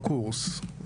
בקורס.